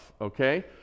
okay